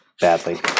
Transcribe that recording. badly